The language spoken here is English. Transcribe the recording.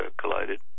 collided